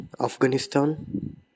afghanistan